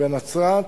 בנצרת,